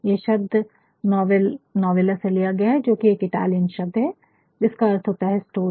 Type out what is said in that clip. ये शब्द novel novella से लिया गया है जोकि एक इतालियन शब्द है जिसका अर्थ होता है स्टोरी